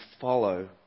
follow